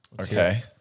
Okay